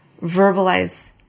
verbalize